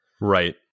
Right